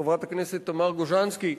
חברת הכנסת תמר גוז'נסקי,